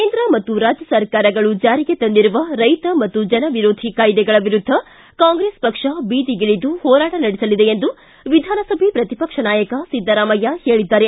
ಕೇಂದ್ರ ಮತ್ತು ರಾಜ್ಯ ಸರ್ಕಾರಗಳು ಜಾರಿಗೆ ತಂದಿರುವ ರೈತ ಮತ್ತು ಜನವಿರೋಧಿ ಕಾಯ್ದೆಗಳ ವಿರುದ್ದ ಕಾಂಗ್ರೆಸ್ ಪಕ್ಷ ಬೀದಿಗಿಳಿದು ಹೋರಾಟ ನಡೆಸಲಿದೆ ಎಂದು ವಿಧಾನಸಭೆ ಪ್ರತಿಪಕ್ಷ ನಾಯಕ ಸಿದ್ದರಾಮಯ್ಯ ಹೇಳಿದ್ದಾರೆ